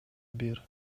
бир